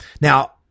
Now